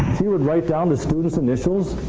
she would write down the student's initials